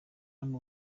hano